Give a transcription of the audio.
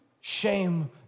shame